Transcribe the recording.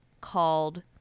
called